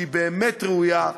שהיא באמת ראויה,